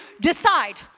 decide